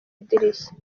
idirishya